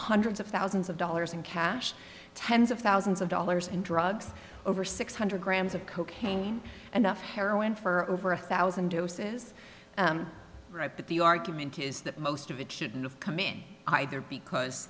hundreds of thousands of dollars in cash tens of thousands of dollars in drugs over six hundred grams of cocaine and heroin for over a thousand doses right but the argument is that most of it shouldn't have come in either because